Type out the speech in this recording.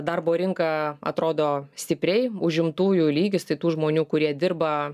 darbo rinka atrodo stipriai užimtųjų lygis tai tų žmonių kurie dirba